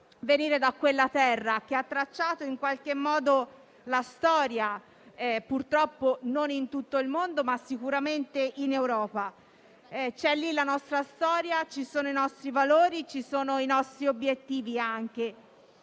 venire da quella terra, che ha tracciato in qualche modo la storia, purtroppo non in tutto il mondo, ma sicuramente in Europa. È lì la nostra storia. Ci sono i nostri valori, ci sono anche i nostri obiettivi.